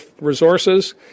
resources